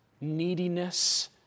neediness